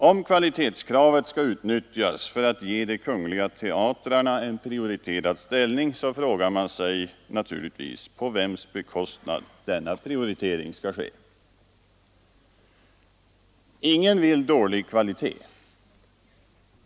Om kvalitetskravet skall utnyttjas för att ge de kungl. teatrarna en prioriterad ställning så frågar man sig naturligtvis på vems bekostnad denna prioritering skall ske. Ingen vill ha dålig kvalitet.